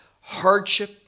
hardship